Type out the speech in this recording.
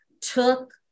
took